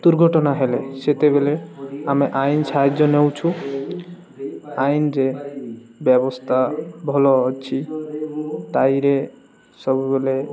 ଦୁର୍ଘଟଣା ହେଲେ ସେତେବେଳେ ଆମେ ଆଇନ ସାହାଯ୍ୟ ନେଉଛୁ ଆଇନରେ ବ୍ୟବସ୍ଥା ଭଲ ଅଛି ସେଥିରେ ସବୁବେଳେ